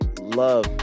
Love